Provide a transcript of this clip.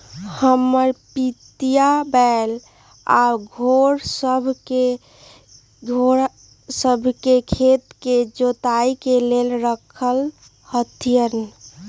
हमर पितिया बैल आऽ घोड़ सभ के खेत के जोताइ के लेल रखले हथिन्ह